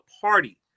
party